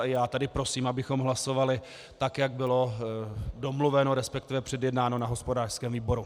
A já tedy prosím, abychom hlasovali tak, jak bylo domluveno, resp. předjednáno na hospodářském výboru.